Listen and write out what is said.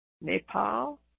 Nepal